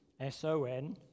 S-O-N